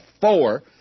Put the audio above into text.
four